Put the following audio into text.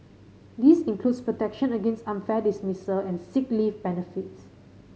this includes protection against unfair dismissal and sick leave benefits